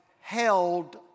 held